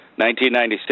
1996